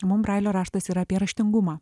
mums brailio raštas yra apie raštingumą